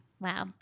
Wow